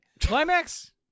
Climax